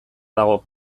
dago